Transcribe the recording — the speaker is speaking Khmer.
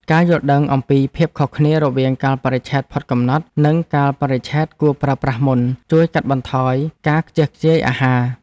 ការយល់ដឹងអំពីភាពខុសគ្នារវាងកាលបរិច្ឆេទផុតកំណត់ និងកាលបរិច្ឆេទគួរប្រើប្រាស់មុន ជួយកាត់បន្ថយការខ្ជះខ្ជាយអាហារ។